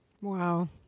Wow